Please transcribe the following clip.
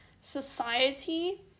society